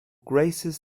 graces